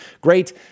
great